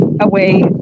away